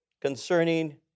concerning